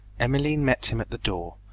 emmeline met him at the door,